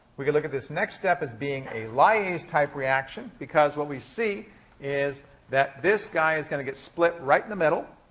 we can look at this next step as being a lyase-type reaction because what we see is that this guy is going to get split right in the middle,